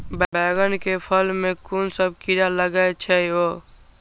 बैंगन के फल में कुन सब कीरा लगै छै यो?